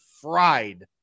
fried